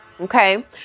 Okay